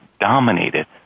dominated